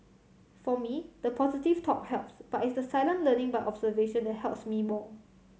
for me the positive talk helps but it's the silent learning by observation that helps me more